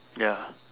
ya